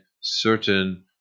certain